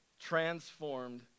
transformed